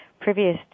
Previous